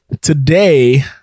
today